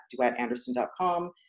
duetanderson.com